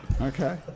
Okay